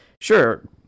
Sure